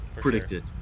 predicted